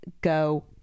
go